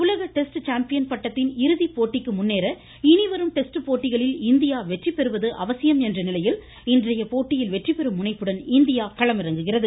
உலக test champion பட்டத்தின் இறுதி போட்டிக்கு முன்னேற இனி வரும் டெஸ்ட் போட்டிகளில் இந்தியா வெற்றி பெறுவது அவசியம் என்ற போட்டியில் வெற்றிபெறும் முனைப்புடன் நிலையில் இன்றைய இந்தியா களமிறங்குகிறது